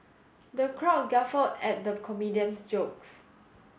the crowd guffawed at the comedian's jokes